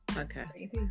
Okay